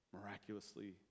miraculously